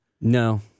No